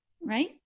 right